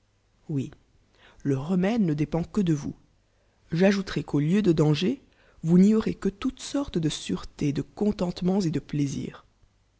oui le remède ne dé pend que de vous j'ajouterai qu'ai lieu de dangers vous u'y aurez qui toutes sortes de sûrelés de contentements et de plaisirs